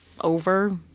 over